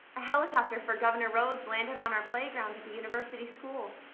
a helicopter for governor roves landed on our playground at the university school,